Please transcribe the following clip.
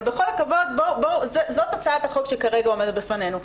אבל בכל הכבוד, זאת הצעת החוק שכרגע עומדת בפנינו.